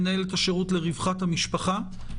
מנהלת השירות לרווחת המשפחה.